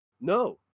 no